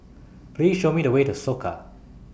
Please Show Me The Way to Soka